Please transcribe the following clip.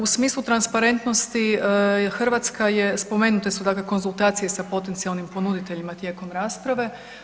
U smislu transparentnosti Hrvatska je spomenute su konzultacije sa potencijalnim ponuditeljima tijekom rasprave.